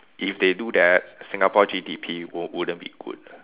if they do that Singapore G_D_P wou~ wouldn't be good